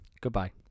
goodbye